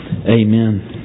Amen